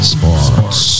Sports